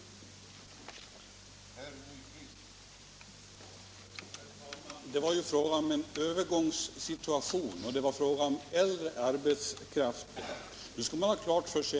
Onsdagen den